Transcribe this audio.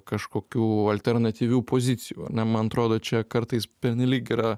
kažkokių alternatyvių pozicijų ar ne man atrodo čia kartais pernelyg yra